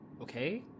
okay